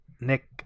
Nick